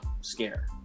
scare